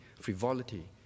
frivolity